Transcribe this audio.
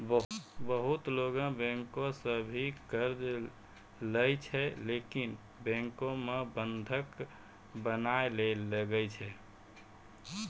बहुते लोगै बैंको सं भी कर्जा लेय छै लेकिन बैंको मे बंधक बनया ले लागै छै